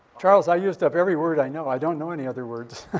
charles, i used up every word i know. i don't know any other words.